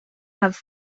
have